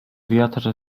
wiatr